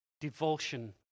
devotion